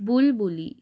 বুলবুলি